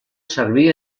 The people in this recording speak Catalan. servir